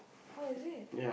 or is it